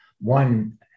one